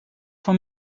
for